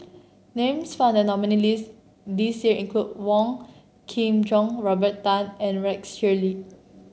names found in the nominees' list this year include Wong Kin Jong Robert Tan and Rex Shelley